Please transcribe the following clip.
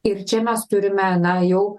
ir čia mes turime na jau